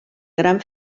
gran